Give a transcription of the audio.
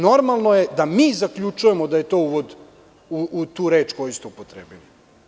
Normalno je da mi zaključujemo da je to uvod u tu reč koju ste upotrebili.